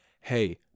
Hey